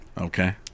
Okay